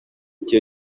icyo